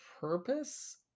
purpose